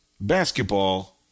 Basketball